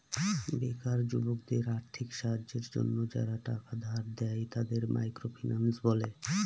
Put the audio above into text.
বেকার যুবকদের আর্থিক সাহায্যের জন্য যারা টাকা ধার দেয়, তাদের মাইক্রো ফিন্যান্স বলে